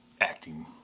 acting